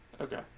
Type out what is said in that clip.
Okay